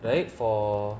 right for